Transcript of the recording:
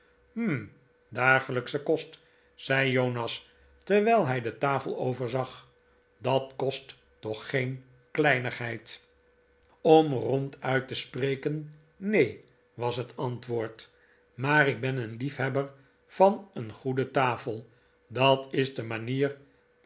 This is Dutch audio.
hm dagelijksche kost zei jonas terwijl hij de tafel overzag dat kost toch geen kleinigheid om ronduit te spreken neen was het antwoord maar ik ben een liefhebbex van een goede tafel dat is de manier